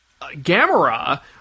Gamera